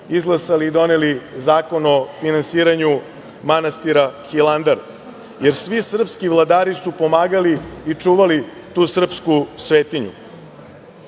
izglasali i doneli Zakon o finansiranju manastira Hilandar, jer svi srpski vladari su pomagali i čuvali tu srpsku svetinju. Čestitam